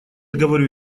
говорю